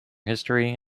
history